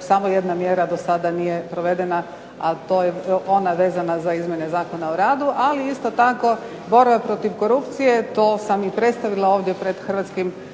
Samo jedna mjera do sada nije provedena, a to je ona vezana za izmjene Zakona o radu, ali isto tako borba protiv korupcije, to sam i predstavila ovdje pred Hrvatskim saborom